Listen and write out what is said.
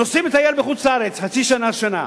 נוסעים לטייל בחוץ-לארץ חצי שנה, שנה,